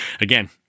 Again